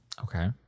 Okay